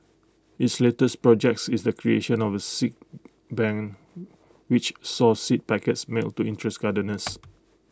its latest projects is the creation of A seed bank which saw seed packets mailed to interested gardeners